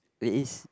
wait is